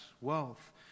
wealth